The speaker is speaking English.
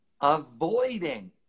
avoiding